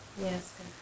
Yes